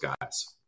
guys